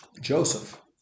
Joseph